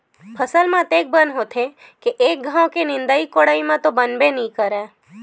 फसल म अतेक बन होथे के एक घांव के निंदई कोड़ई म तो बनबे नइ करय